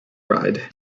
ride